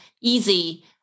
easy